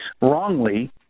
wrongly